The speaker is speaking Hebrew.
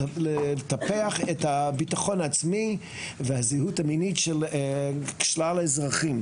לטפח את הבטחון העצמי והזהות המינית של שלל אזרחים,